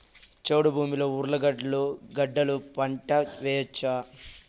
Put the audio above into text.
చౌడు భూమిలో ఉర్లగడ్డలు గడ్డలు పంట వేయచ్చా?